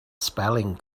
spelling